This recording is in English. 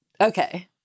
Okay